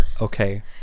Okay